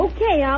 Okay